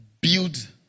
build